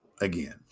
again